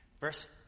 Verse